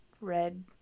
Red